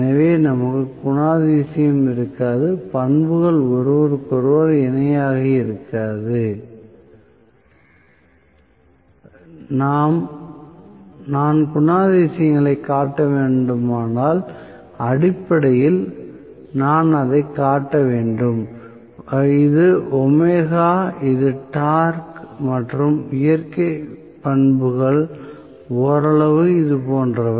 எனவே நமக்கு குணாதிசயம் இருக்காது பண்புகள் ஒருவருக்கொருவர் இணையாக இருக்காது நான் குணாதிசயங்களைக் காட்ட வேண்டுமானால் அடிப்படையில் நான் அதைக் காட்ட வேண்டும் இது ஒமேகா இது டார்க் மற்றும் இயற்கை பண்புகள் ஓரளவு இது போன்றவை